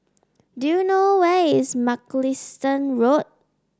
do you know where is Mugliston Road